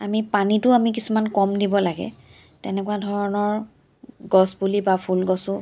আমি পানীটো আমি কিছুমান কম দিব লাগে তেনেকুৱা ধৰণৰ গছ পুলি বা ফুল গছো